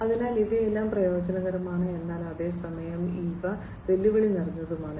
അതിനാൽ ഇവയെല്ലാം പ്രയോജനകരമാണ് എന്നാൽ അതേ സമയം ഇവ വെല്ലുവിളി നിറഞ്ഞതുമാണ്